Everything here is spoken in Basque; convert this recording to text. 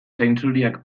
zainzuriak